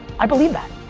i believe that,